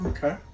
Okay